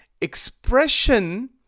expression